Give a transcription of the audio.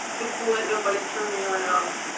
ain't gonna let nobody turn me around,